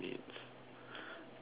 mates